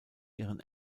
ihren